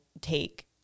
take